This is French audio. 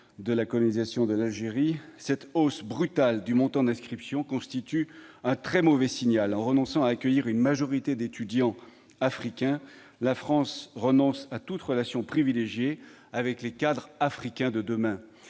de la colonisation de l'Algérie, cette hausse brutale du montant d'inscription constitue un très mauvais signal. En renonçant à accueillir une majorité d'étudiants africains, la France renonce à toute relation privilégiée avec les cadres africains de demain.